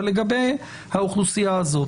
אבל לגבי האוכלוסייה הזאת,